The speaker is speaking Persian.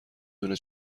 دونه